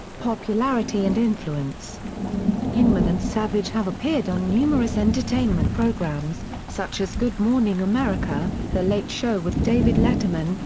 popularity and influence hyneman and savage have appeared on numerous entertainment programs, such as good morning america, the late show with david letterman,